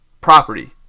property